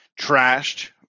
trashed